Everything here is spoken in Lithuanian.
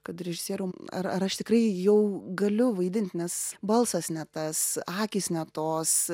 kad režisieriau ar ar aš tikrai jau galiu vaidint nes balsas ne tas akys ne tos